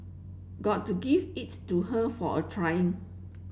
gotta give it to her for a trying